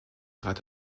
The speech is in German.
rad